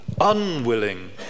unwilling